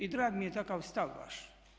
I drag mi je takav stav vaš.